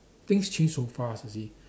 things change so fast you see